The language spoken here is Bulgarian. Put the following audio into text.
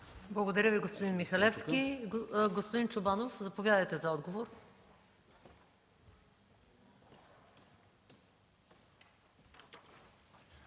Благодаря Ви, господин Михалевски. Господин Чобанов, заповядайте за отговор.